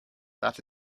that